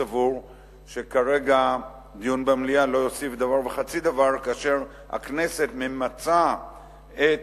סבור שכרגע דיון במליאה לא יוסיף דבר וחצי דבר כאשר הכנסת ממצה את